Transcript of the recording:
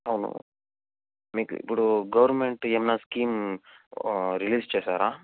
అవును మీకు ఇప్పుడు గవర్నమెంట్ ఎమన్నా స్కీము రిలీజ్ చేసారా